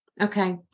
Okay